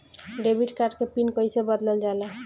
Debit card के PIN कईसे बदलल जाला?